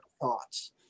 thoughts